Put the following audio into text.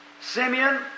Simeon